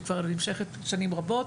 שכבר נמשכת שנים רבות,